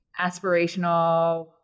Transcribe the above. aspirational